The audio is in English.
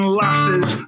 lasses